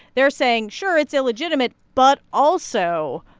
they're saying, sure, it's illegitimate, but also,